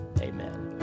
Amen